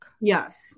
Yes